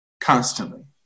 constantly